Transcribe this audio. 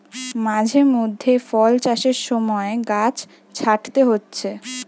মাঝে মধ্যে ফল চাষের সময় গাছ ছাঁটতে হচ্ছে